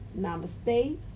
Namaste